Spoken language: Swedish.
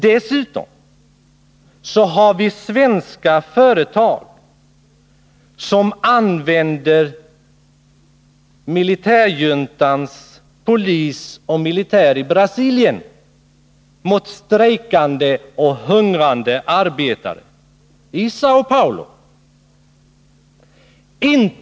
Dessutom finns det svenska företag som använder militärjuntans polis och militär mot strejkande och hungrande arbetare i Säo Paulo i Brasilien.